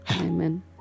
Amen